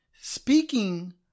Speaking